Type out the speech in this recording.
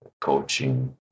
coaching